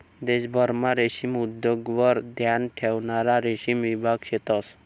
देशभरमा रेशीम उद्योगवर ध्यान ठेवणारा रेशीम विभाग शेतंस